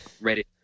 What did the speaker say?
ready